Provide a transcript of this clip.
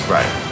Right